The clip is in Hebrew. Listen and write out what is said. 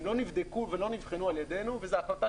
הם לא נבדקו ולא נבחנו על ידינו וזו החלטה